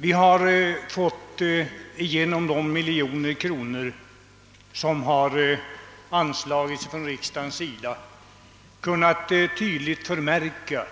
Vi har tydligt kunnat förmärka